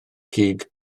cig